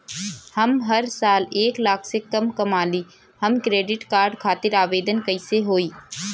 हम हर साल एक लाख से कम कमाली हम क्रेडिट कार्ड खातिर आवेदन कैसे होइ?